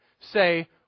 say